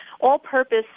all-purpose